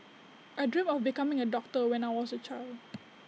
I dreamt of becoming A doctor when I was A child